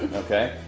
ok,